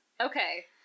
Okay